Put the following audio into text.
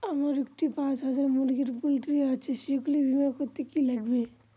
আমার একটি পাঁচ হাজার মুরগির পোলট্রি আছে সেগুলি বীমা করতে কি লাগবে?